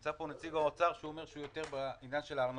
נמצא פה נציג משרד האוצר שאומר שהוא יותר מתעסק בעניין של הארנונה.